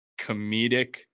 comedic